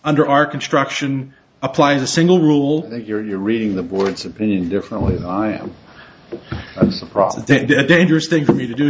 under our construction apply the single rule that you're you're reading the words opinion differently than i am it's a process dangerous thing for me to do